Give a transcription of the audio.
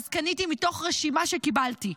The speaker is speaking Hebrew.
אז קניתי מתוך רשימה שקיבלתי.